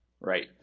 right